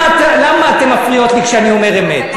למה אתן מפריעות לי כשאני אומר אמת?